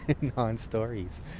Non-stories